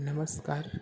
નમસ્કાર